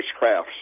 spacecrafts